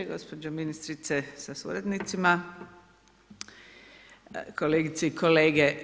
Gospođo ministrice sa suradnicima, kolegice i kolege.